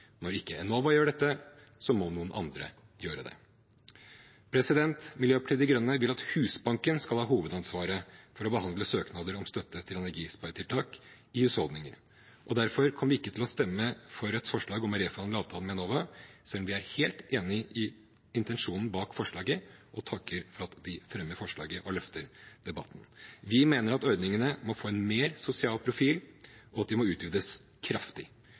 Når ikke Enova gjør dette, må noen andre gjøre det. Miljøpartiet De Grønne vil at Husbanken skal ha hovedansvaret for å behandle søknader om støtte til energisparetiltak i husholdninger. Derfor kommer vi ikke til å stemme for et forslag om å reforhandle avtalen med Enova, selv om vi er helt enig i intensjonen bak forslaget, og takker for at de fremmer forslaget og løfter debatten. Vi mener at ordningene må få en mer sosial profil, og at de må utvides kraftig.